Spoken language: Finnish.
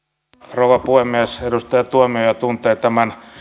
rouva puhemies edustaja tuomioja tuntee tämän